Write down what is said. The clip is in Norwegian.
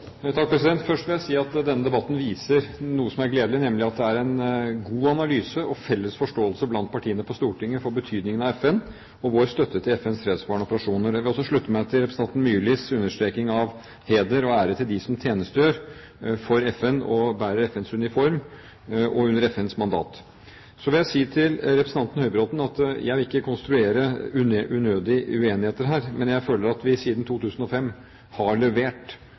Stortinget om betydningen av FN og vår støtte til FNs fredsbevarende operasjoner. Jeg vil også slutte meg til representanten Myrlis understreking av heder og ære til dem som tjenestegjør for FN og bærer FNs uniform under FNs mandat. Til representanten Høybråten vil jeg si at jeg ikke vil konstruere unødige uenigheter her. Men jeg føler at vi siden 2005 har levert